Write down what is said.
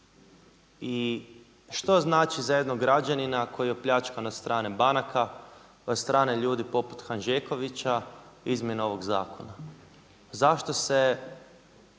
I što znači za jednog građanina koji je opljačkan od strane banaka od strane ljudi poput Hanžekovića izmjena ovog zakona? Zašto se